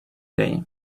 day